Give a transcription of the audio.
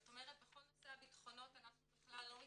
זאת אומרת בכל נושא הביטחונות אנחנו בכלל לא מתערבים,